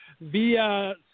via